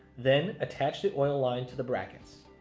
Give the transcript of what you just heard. then attach the oil line to the brackets.